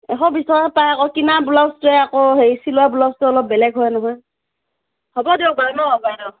এশ বিশ টকাত পায় আকৌ কিনা ব্লাউজটোৱে আকৌ হেয়ি চিলোৱা ব্লাউজটো অলপ বেলেগ হয় নহয় হ'ব দিয়ক